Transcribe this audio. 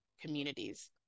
communities